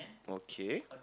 okay